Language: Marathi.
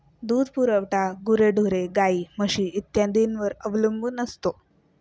दूध पुरवठा गुरेढोरे, गाई, म्हशी इत्यादींवर अवलंबून असतो